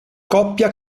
coppia